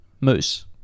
moose